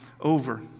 over